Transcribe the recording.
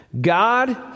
God